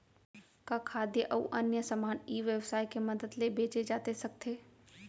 का खाद्य अऊ अन्य समान ई व्यवसाय के मदद ले बेचे जाथे सकथे?